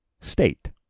state